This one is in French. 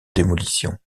démolition